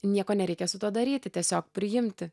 nieko nereikia su tuo daryti tiesiog priimti